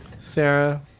Sarah